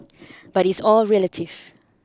but it's all relative